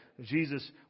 Jesus